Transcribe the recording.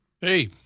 Hey